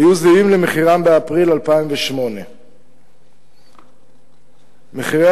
היו זהים למחירם באפריל 2008. מחירי